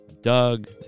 Doug